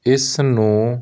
ਇਸ ਨੂੰ